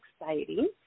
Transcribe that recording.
exciting